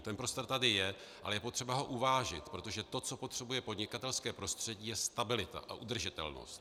Ten prostor tady je, ale je potřeba ho uvážit, protože to, co potřebuje podnikatelské prostředí, je stabilita a udržitelnost.